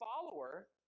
follower